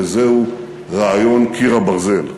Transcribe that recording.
וזהו רעיון "קיר הברזל".